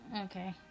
Okay